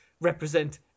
represent